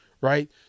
right